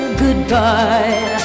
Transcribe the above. goodbye